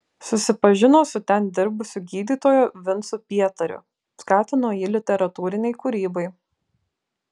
susipažino su ten dirbusiu gydytoju vincu pietariu skatino jį literatūrinei kūrybai